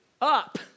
up